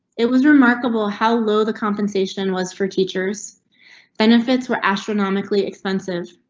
it was remarkable how low the compensation was for teachers benefits were astronomically expensive.